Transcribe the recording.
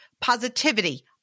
positivity